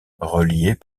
reliés